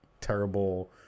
terrible